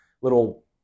little